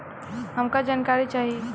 हमका जानकारी चाही?